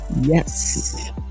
Yes